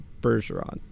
Bergeron